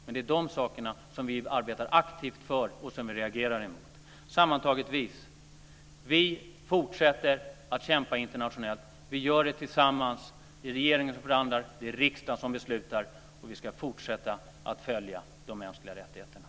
Men det är detta vi arbetar aktivt för och reagerar emot. Sammanfattningsvis: Vi fortsätter att kämpa internationellt. Vi gör det tillsammans. Det är regeringen som handlar, och det är riksdagen som beslutar, och vi ska fortsätta att värna de mänskliga rättigheterna.